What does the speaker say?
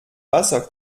wasser